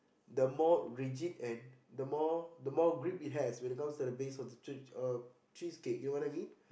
the more rigid and the more the more grip it has when it comes to the base of the cheese~ cheesecake you know what I mean